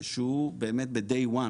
שהוא באמת ביום הראשון.